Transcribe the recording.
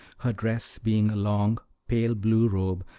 her dress being a long, pale-blue robe,